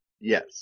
yes